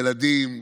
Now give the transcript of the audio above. ילדים,